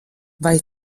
vai